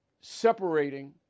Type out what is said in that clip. separating